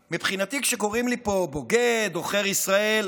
שמבחינתי, כשקוראים לי פה "בוגד", "עוכר ישראל",